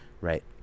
right